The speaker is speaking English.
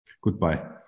goodbye